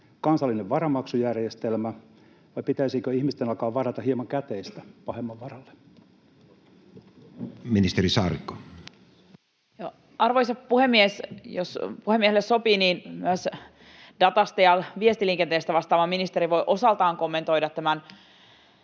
kansallinen varamaksujärjestelmä, vai pitäisikö ihmisten alkaa varata hieman käteistä pahemman varalle? Ministeri Saarikko. Arvoisa puhemies! Jos puhemiehelle sopii, niin myös datasta ja viestiliikenteestä vastaava ministeri voi osaltaan kommentoida tämän